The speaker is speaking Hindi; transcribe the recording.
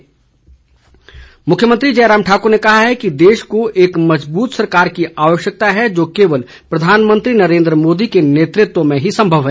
मुख्यमंत्री मुख्यमंत्री जयराम ठाकुर ने कहा है कि देश को एक मजबूत सरकार की आवश्यकता है जो केवल प्रधानमंत्री नरेन्द्र मोदी के नेतृत्व में ही सम्भव है